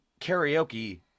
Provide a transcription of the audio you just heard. karaoke